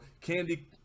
candy